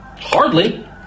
Hardly